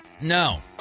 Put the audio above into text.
No